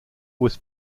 was